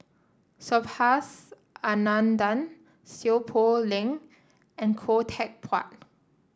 Subhas Anandan Seow Poh Leng and Khoo Teck Puat